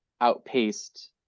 outpaced